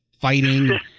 fighting